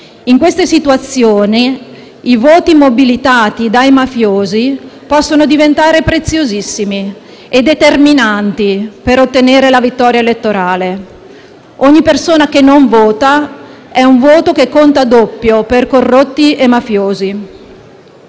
In queste situazioni i voti mobilitati dai mafiosi possono diventare preziosissimi e determinanti per ottenere la vittoria elettorale. Ogni persona che non vota è un voto che conta doppio per corrotti e mafiosi.